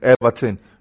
Everton